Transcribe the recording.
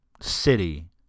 city